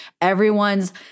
everyone's